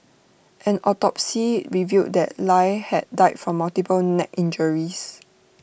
an autopsy revealed that lie had died from multiple neck injuries